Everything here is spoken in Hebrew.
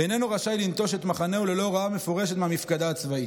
הוא איננו רשאי לנטוש את מחנהו ללא הוראה מפורשת מהמפקדה הצבאית.